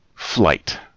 flight